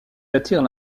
attirent